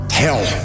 hell